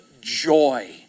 joy